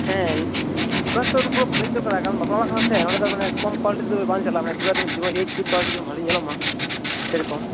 ᱦᱮᱸ ᱯᱷᱳᱠᱟᱥ ᱫᱚ ᱯᱩᱨᱟᱹ ᱵᱷᱟᱹᱞᱤ ᱜᱮ ᱫᱚᱨᱠᱟᱨᱟ ᱠᱟᱨᱚᱱ ᱵᱟᱯᱞᱟ ᱚᱲᱟᱜ ᱠᱟᱱᱟ ᱥᱮ ᱚᱸᱰᱮ ᱢᱟᱱᱮ ᱠᱚᱢ ᱠᱳᱣᱟᱞᱤᱴᱤ ᱫᱚ ᱵᱟᱝ ᱪᱟᱞᱟᱜᱼᱟ ᱯᱩᱨᱟᱹ ᱮᱠᱫᱚᱢ ᱮᱭᱤᱪᱰᱤ ᱠᱳᱣᱟᱞᱤ ᱵᱷᱟᱹᱞᱤ ᱧᱮᱞᱚᱜ ᱢᱟ ᱥᱮ ᱨᱚᱠᱚᱢ